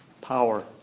power